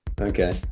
Okay